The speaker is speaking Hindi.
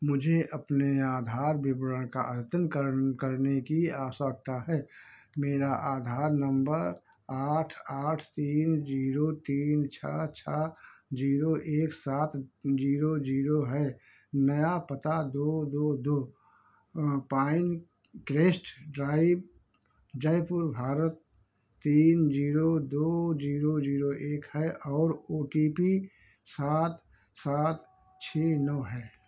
मुझे अपने आधार विवरण को अद्यतन करने की आवश्यकता है मेरा आधार नम्बर आठ आठ तीन ज़ीरो तीन छह छह ज़ीरो एक सात ज़ीरो ज़ीरो है नया पता दो दो दो पाइनक्रेस्ट ड्राइव जयपुर भारत तीन ज़ीरो दो ज़ीरो ज़ीरो एक है और ओ टी पी सात सात छह नौ है